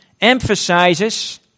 emphasizes